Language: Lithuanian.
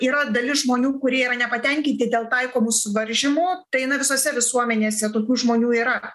yra dalis žmonių kurie yra nepatenkinti dėl taikomų suvaržymų tai na visose visuomenėse tokių žmonių yra